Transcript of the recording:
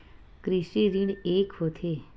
कृषि ऋण का होथे?